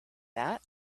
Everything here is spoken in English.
that